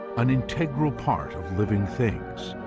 an integral part of living things.